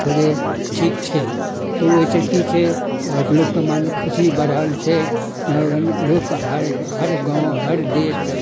थोड़े ठीक छै तऽ ओइसँ कि छै तऽ हर लोकके मन खुशी बढ़ल छै लोक हर हर गाँव हर देश